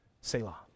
Selah